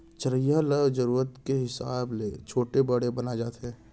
चरिहा ल जरूरत के हिसाब ले छोटे बड़े बनाए जाथे